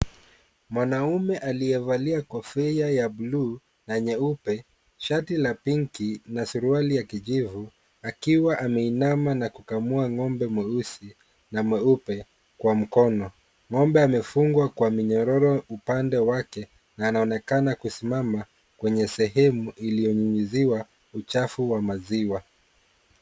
Mwanaume aliyevalia kofia ya bluu na nyeupe, shati la pinki na suruali ya kijivu, akiwa ameinama na kukamua ng'ombe mweusi, na mweupe, kwa mkono. Ng'ombe amefungwa kwa minyororo upande wake, na anaonekana kusimama kwenye sehemu iliyonyunyiziwa uchafu wa maziwa.